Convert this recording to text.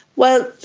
well,